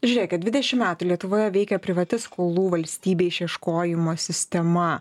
žiūrėkit dvidešimt metų lietuvoje veikė privati skolų valstybei išieškojimo sistema